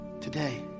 today